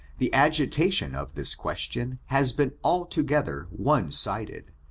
the agitation of this question has been altogether one-sided,